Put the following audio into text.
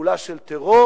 ולפעולה של טרור,